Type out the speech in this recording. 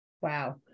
Wow